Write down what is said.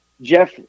Jeff